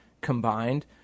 combined